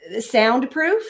soundproof